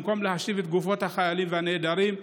במקום להשיב את גופות החיילים והנעדרים,